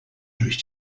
durch